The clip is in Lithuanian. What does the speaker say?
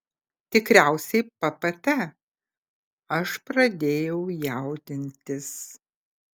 tikriausiai ppt aš pradėjau jaudintis